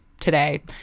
today